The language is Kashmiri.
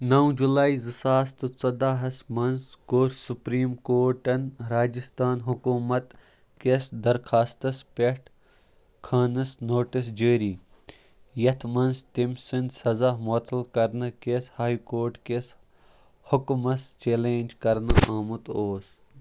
نَو جولائی زٕ ساس تہٕ ژۅداہَس منٛز کوٚر سُپریٖم کورٹَن راجِستھان حکوٗمت كِس درخاستَس پٮ۪ٹھ خانَس نوٹَس جٲری یَتھ منٛز تٔمۍ سٕنٛدۍ سَزا معطل کَرنہٕ كِس ہائے کورٹ کِس حُکمَس چیلینج کَرنہٕ آمُت اوس